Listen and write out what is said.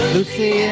Lucy